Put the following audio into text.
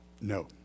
No